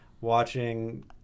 watching